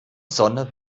sonne